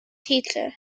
teacher